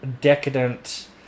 decadent